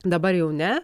dabar jau ne